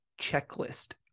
checklist